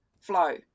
flow